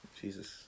Jesus